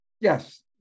Yes